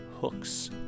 hooks